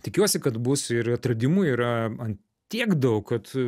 tikiuosi kad bus ir atradimų yra ant tiek daug kad